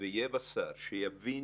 ויהיה בה שר שיבין